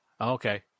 Okay